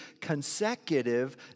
consecutive